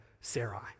Sarai